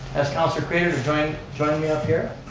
ask councilor craitor to join join me up here,